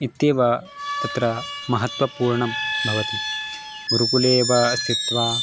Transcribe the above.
इत्येव तत्र महत्त्वपूर्णं भवति गुरुकुले एव स्थित्वा